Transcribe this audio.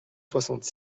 soixante